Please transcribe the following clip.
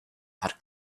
had